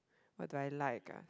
what do I like ah